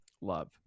love